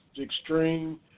extreme